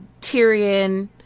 Tyrion